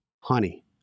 Honey